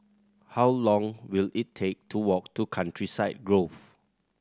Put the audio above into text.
how long will it take to walk to Countryside Grove